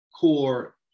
core